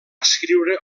escriure